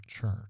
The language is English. church